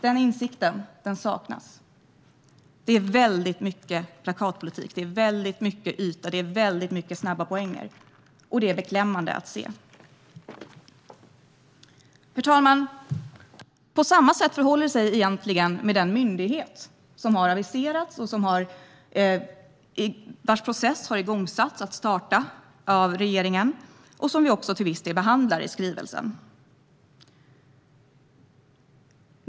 Här finns väldigt mycket av plakatpolitik, yta och snabba poänger. Det är beklämmande att se. Herr talman! På samma sätt förhåller det sig egentligen med den myndighet som har aviserats. Processen för att den ska sätta igång har påbörjats av regeringen. Vi behandlar den även till viss del i skrivelsen.